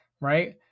Right